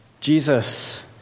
Jesus